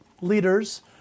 leaders